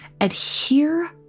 adhere